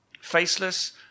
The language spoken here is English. Faceless